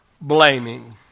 blaming